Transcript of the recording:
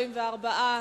44,